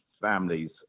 families